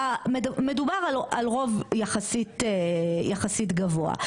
מדובר על רב יחסית גבוה,